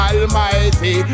Almighty